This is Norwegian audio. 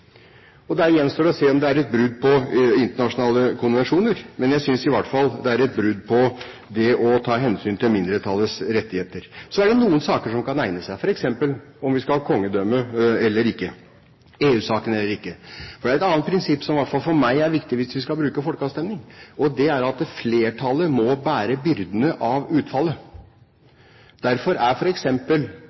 er. Det gjenstår å se om det er et brudd på internasjonale konvensjoner, men jeg synes i hvert fall det er et brudd på det å ta hensyn til mindretallets rettigheter. Så er det noen saker som kan egne seg, f.eks. om vi skal ha kongedømme eller ikke, EU-medlemskap eller ikke. For det er et annet prinsipp som i hvert fall for meg er viktig hvis vi skal bruke folkeavstemning, og det er at flertallet må bære byrdene av utfallet. Derfor er